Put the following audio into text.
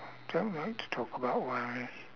don't know what to talk about worries